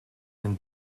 een